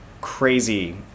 crazy